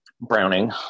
Browning